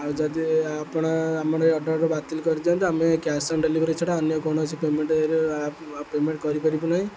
ଆଉ ଯଦି ଆପଣ ଆମର ଏ ଅର୍ଡ଼ର୍ ବାତିଲ କରିଦିଅନ୍ତୁ ଆମେ କ୍ୟାସ୍ ଅନ୍ ଡେଲିଭରି ଛଡ଼ା ଅନ୍ୟ କୌଣସି ପେମେଣ୍ଟରେ ପେମେଣ୍ଟ କରିପାରିବୁ ନାହିଁ